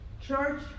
Church